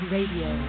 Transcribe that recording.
Radio